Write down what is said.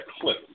clip